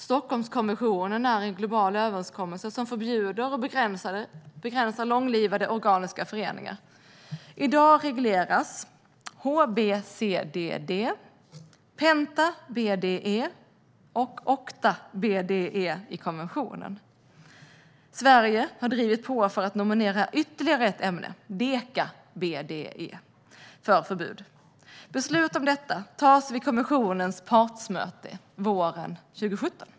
Stockholmskonventionen är en global överenskommelse som förbjuder eller begränsar långlivade organiska föreningar. I dag regleras HBCDD, penta-BDE och okta-BDE i konventionen. Sverige har drivit på för att nominera ytterligare ett ämne - deka-BDE - för förbud. Beslut om detta tas vid konventionens partsmöte våren 2017.